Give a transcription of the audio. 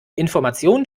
information